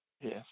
Yes